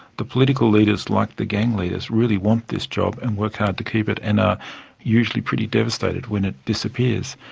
the political leaders, like the gang leaders, really want this job and work hard to keep it and are usually pretty devastated when it disappears.